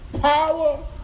power